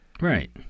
Right